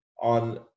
on